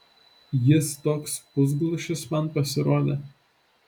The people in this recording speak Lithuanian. jis toks pusglušis man pasirodė